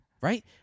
right